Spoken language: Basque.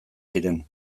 ziren